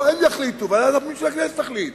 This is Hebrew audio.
לא הם יחליטו, אלא ועדת הפנים של הכנסת תחליט